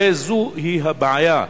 הרי זוהי הבעיה,